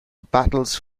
battles